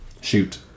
Shoot